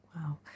Wow